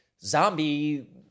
zombie